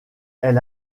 elle